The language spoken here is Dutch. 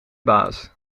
baas